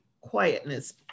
quietness